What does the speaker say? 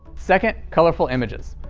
second colorful images.